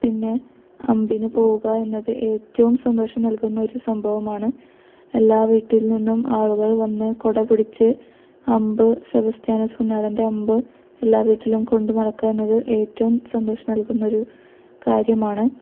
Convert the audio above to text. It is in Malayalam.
പിന്നെ അമ്പിന് പോവുക എന്നത് ഏറ്റവും സന്തോഷം നൽകുന്ന ഒരു സംഭവമാണ് എല്ലാ വീട്ടിൽ നിന്നും ആളുകൾ വന്ന് കൊട പിടിച്ച് അമ്പ് സെബാസ്ത്യാനോസ് പുണ്യാളൻ്റെ അമ്പ് എല്ലാ വീട്ടിലും കൊണ്ട് നടക്കുക എന്നത് ഏറ്റവും സന്തോഷം നൽകുന്നൊരു കാര്യമാണ്